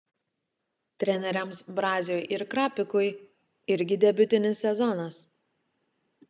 treneriams braziui ir krapikui irgi debiutinis sezonas